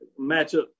matchup